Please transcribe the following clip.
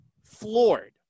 floored